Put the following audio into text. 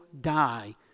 die